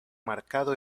marcado